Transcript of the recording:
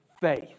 faith